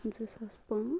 زٕ ساس پانٛژھ